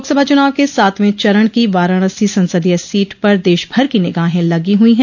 लोकसभा चुनाव के सातवें चरण की वाराणसी संसदीय सीट पर देशभर की निगाहे लगी हुई है